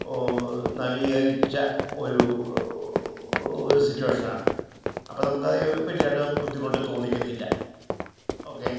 നവീകരിച്ച ഒരു ഒരു സിറ്റുവേഷൻ ആണ് അപ്പോൾ നമുക്ക് അത് വലുതായിട്ട് ബുദ്ധിമുട്ട് തോന്നിക്കത്തില്ല ഓക്കേ